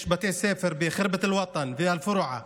יש בתי ספר בחרבת אל-וטן, באל-פורעה,